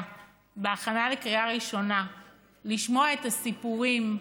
בהכנה לקריאה ראשונה ולשמוע את הסיפורים,